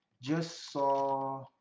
just saw